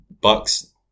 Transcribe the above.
Bucks